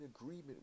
agreement